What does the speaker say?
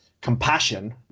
compassion